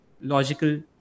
logical